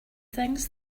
things